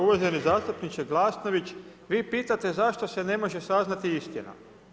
Uvaženi zastupniče Glasnović, vi pitate zašto se ne može saznati istina.